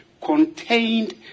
contained